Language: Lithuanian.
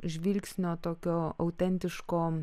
žvilgsnio tokio autentiško